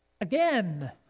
again